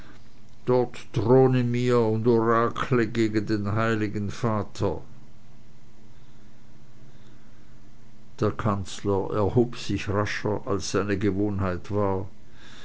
dort throne mir und orakle gegen den heiligen vater der kanzler erhob sich rascher als seine gewohnheit war